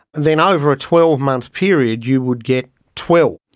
then over a twelve month period you would get twelve.